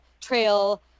trail